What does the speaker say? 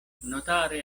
notare